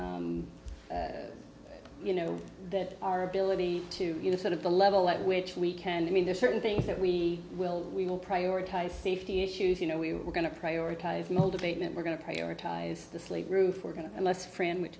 that you know that our ability to you know sort of the level at which we can i mean there's certain things that we will we will prioritize safety issues you know we were going to prioritize motivate that we're going to prioritize the sleep roof we're going to be less free and would